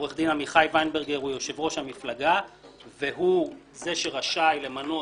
עורך דין עמיחי ויינברגר הוא יושב ראש המפלגה והוא זה שרשאי למנות